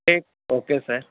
ٹھیک اوکے سر